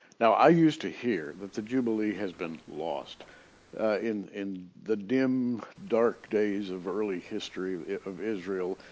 now i used to hear that the jubilee has been lost in in the dim dark days of early history of israel.